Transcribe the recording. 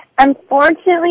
Unfortunately